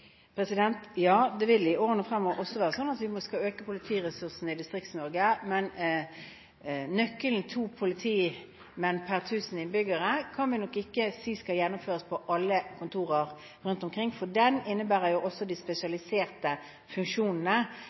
Ja, det vil i årene fremover også være sånn at vi skal øke politiressursene i Distrikts-Norge, men nøkkelen to politimenn per tusen innbyggere kan vi nok ikke si skal gjennomføres på alle kontorer rundt omkring. Den innebærer jo også de spesialiserte funksjonene